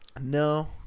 No